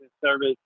service